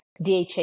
DHA